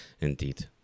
indeed